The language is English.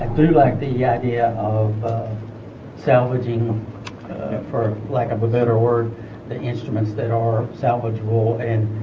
do like the idea of salvaging for lack of a better word the instruments that are salvageable and